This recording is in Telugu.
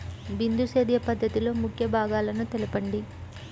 బిందు సేద్య పద్ధతిలో ముఖ్య భాగాలను తెలుపండి?